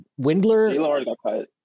Windler